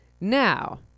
Now